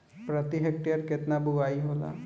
प्रति हेक्टेयर केतना बुआई होला?